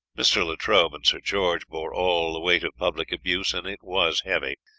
mr. latrobe and sir george bore all the weight of public abuse, and it was heavy.